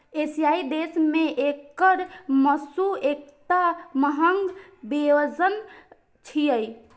एशियाई देश मे एकर मासु एकटा महग व्यंजन छियै